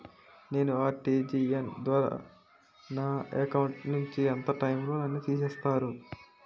నేను ఆ.ర్టి.జి.ఎస్ ద్వారా నా అకౌంట్ నుంచి ఎంత టైం లో నన్ను తిసేస్తారు?